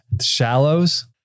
Shallows